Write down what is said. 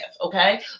okay